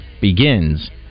begins